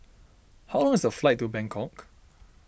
how long is the flight to Bangkok